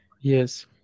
Yes